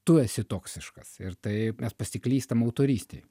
tu esi toksiškas ir tai mes pasiklystam autorystėj